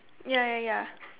ya ya ya